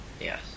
Yes